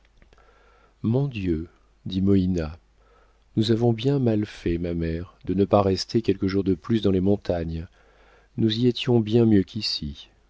mon dieu dit moïna nous avons bien mal fait ma mère de ne pas rester quelques jours de plus dans les montagnes nous y étions bien mieux qu'ici